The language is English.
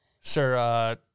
sir